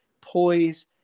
poise